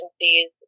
agencies